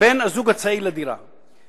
בין הזוג הצעיר לדירה הוא גדול.